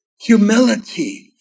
humility